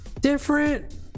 different